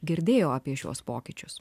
girdėjo apie šiuos pokyčius